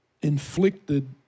inflicted